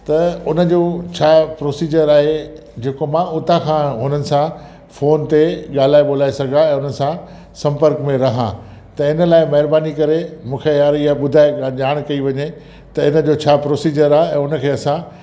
त उन जो छा प्रोसीजर आहे जेको मां उतां खां उन्हनि सां फोन ते ॻाल्हाए ॿोलाए सघां उन्हनि सां संपर्क में रहां त इन लाइ महिरबानी करे मूंखे यार इहा ॼाण कई वञे त इन जो छा प्रोसीजर आहे ऐं उनखे असां